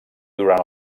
durant